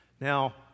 Now